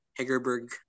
Hegerberg